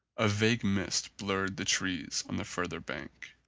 a vague mist blurred the trees on the further bank.